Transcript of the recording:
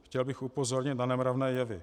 Chtěl bych upozornit na nemravné jevy.